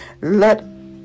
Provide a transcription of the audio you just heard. Let